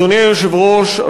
אדוני היושב-ראש,